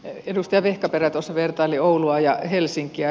edustaja vehkaperä tuossa vertaili oulua ja helsinkiä